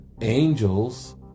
Angels